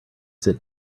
sit